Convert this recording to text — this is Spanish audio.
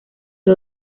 del